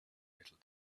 little